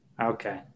Okay